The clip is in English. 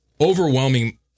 overwhelming